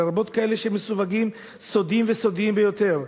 לרבות כאלה שמסווגים "סודיים" ו"סודיים ביותר",